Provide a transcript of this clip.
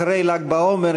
אחרי ל"ג בעומר,